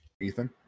Ethan